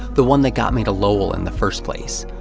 the one that got me to lowell in the first place.